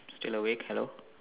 still awake hello